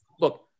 look